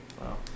Wow